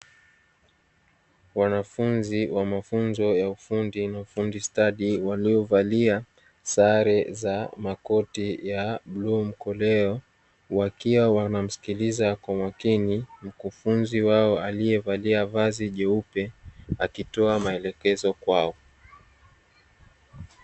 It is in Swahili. Wanafunzi wa mafunzo ya ufundi na ufundi stadi waliovalia sare za makoti ya bluu mkoleo wakiwa wanamsikiliza kwa makini mkufunzi wao aliyevalia vazi jeupe akitoa maelekezo kwao.